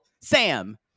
Sam